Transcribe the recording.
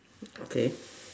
okay